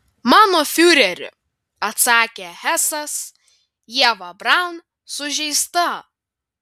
mano fiureri atsakė hesas ieva braun sužeista